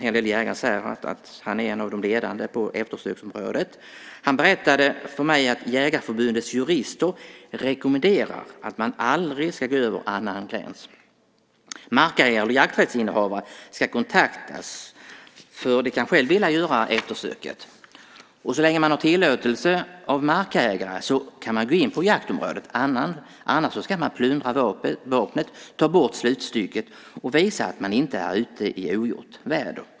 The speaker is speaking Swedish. En del jägare säger att han är en av de ledande på eftersöksområdet. Han berättade för mig att Jägareförbundets jurister rekommenderar att man aldrig ska gå över gränsen till annans mark. Markägare eller jakträttsinnehavare ska kontaktas, för de kan själva vilja göra eftersöket. Så länge man har tillåtelse av markägare kan man gå in på jaktområdet. Annars ska man plundra vapnet, ta bort slutstycket och visa att man inte är ute i ogjort väder.